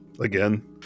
Again